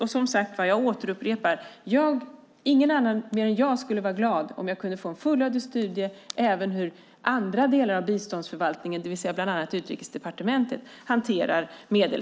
Och, som sagt, ingen skulle vara mer glad än jag om jag kunde få en fullödig studie även över hur andra delar av biståndsförvaltningen, det vill säga bland annat Utrikesdepartementet, hanterar medel.